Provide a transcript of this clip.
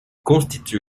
constitue